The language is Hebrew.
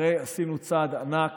הרי עשינו צעד ענק